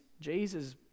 Jesus